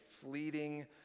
fleeting